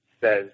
says